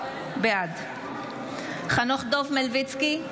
בעד חנוך דב מלביצקי,